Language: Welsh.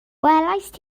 welaist